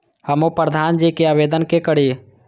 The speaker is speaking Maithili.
हमू प्रधान जी के आवेदन के करी?